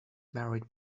married